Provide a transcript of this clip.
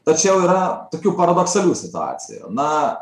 tačiau yra tokių paradoksalių situacijų na